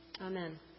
Amen